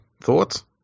Thoughts